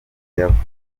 yavutse